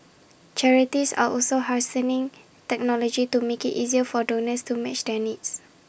charities are also harnessing technology to make IT easier for donors to match their needs